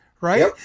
right